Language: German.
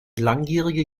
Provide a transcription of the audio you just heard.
langjährige